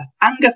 anger